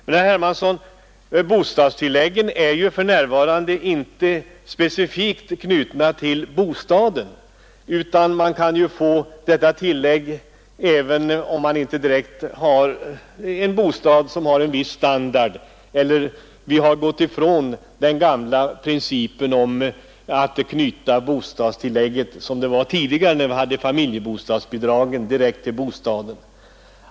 Men, herr Hermansson, bostadstilläggen är ju för närvarande inte knutna speciellt till bostaden; man kan få bostadstillägg även om ens bostad inte håller en viss standard, tillägget är till viss del generellt. Vi har alltså gått ifrån den gamla principen, som vi hade tidigare för familjebostadsbidragen, att knyta bostadstillägget helt till bostaden.